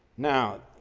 now,